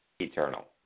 eternal